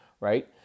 Right